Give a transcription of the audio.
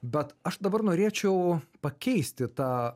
bet aš dabar norėčiau pakeisti tą